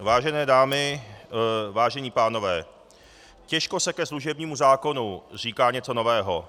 Vážené dámy, vážení pánové, těžko se ke služebnímu zákonu říká něco nového.